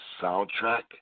soundtrack